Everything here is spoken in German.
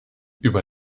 über